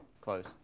close